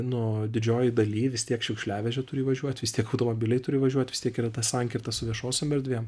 nu didžiojoj daly vis tiek šiukšliavežė turi įvažiuot vis tiek automobiliai turi įvažiuot vis tiek yra ta sankirta su viešosiom erdvėm